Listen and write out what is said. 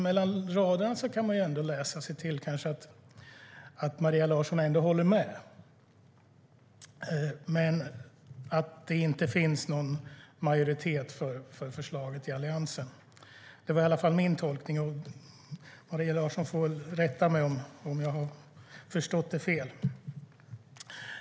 Mellan raderna kan man ändå läsa sig till att Maria Larsson håller med men att det inte finns någon majoritet för förslaget i Alliansen. Det var i alla fall min tolkning. Maria Larsson får rätta mig om jag har förstått det fel.